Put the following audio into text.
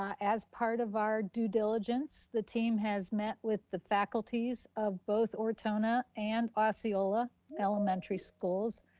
as part of our due diligence, the team has met with the faculties of both ortona and osceola elementary schools.